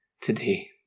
today